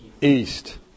east